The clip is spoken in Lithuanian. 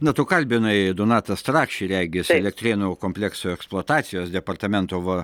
na tu kalbinai donatą strakšį regis elektrėnų komplekso eksploatacijos departamento va